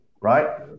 right